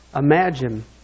Imagine